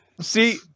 See